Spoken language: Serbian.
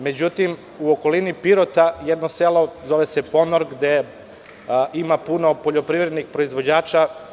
Međutim, u okolini Pirota, jedno selo zove se Ponor, gde ima puno poljoprivrednih proizvođača.